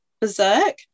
berserk